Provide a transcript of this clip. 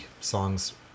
songs